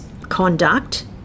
conduct